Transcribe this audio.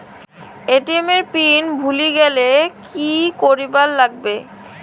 ATM এর pin ভুলি গেলে কি করিবার লাগবে?